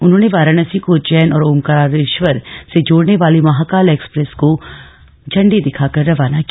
उन्होंने वाराणसी को उज्जैन और ओमकारेश्वर से जोड़ने वाली महाकाल एक्सप्रेस को इांडी दिखाकर रवाना किया